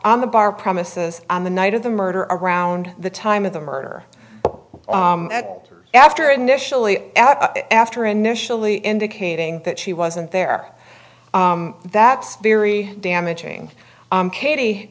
the bar promises on the night of the murder are around the time of the murder but after initially after initially indicating that she wasn't there that's very damaging katie